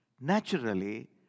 naturally